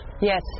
Yes